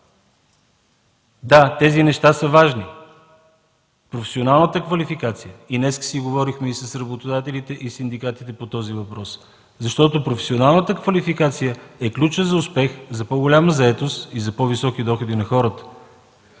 Да, тези неща са важни. Професионалната квалификация – днес си работихме с работодателите и синдикатите по този въпрос. Професионалната квалификация е ключът за успеха, за по-голяма заетост и за по-високи доходи на хората.